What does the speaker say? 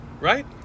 right